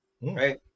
right